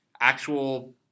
actual